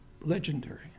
legendary